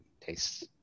tastes